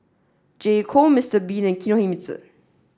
J Co Mister bean and Kinohimitsu